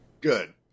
Good